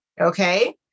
Okay